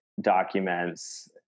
documents